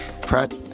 Pratt